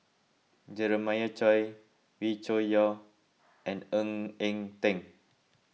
Jeremiah Choy Wee Cho Yaw and Ng Eng Teng